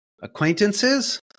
acquaintances